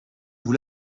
vous